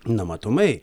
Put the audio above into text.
na matomai